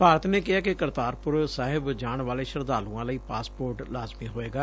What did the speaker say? ਭਾਰਤ ਨੇ ਕਿਹੈ ਕਿ ਕਰਤਾਰਪੁਰ ਸਾਹਿਬ ਜਾਣ ਵਾਲੇ ਸ਼ਰਧਾਲੂਆਂ ਲਈ ਪਾਸਪੋਰਟ ਲਾਜ਼ਮੀ ਹੋਵੇਗਾ